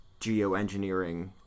geoengineering